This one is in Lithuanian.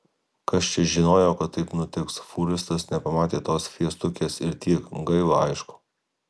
kas čia žinojo kad taip nutiks fūristas nepamatė tos fiestukės ir tiek gaila aišku